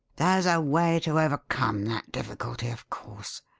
there's a way to overcome that difficulty, of course.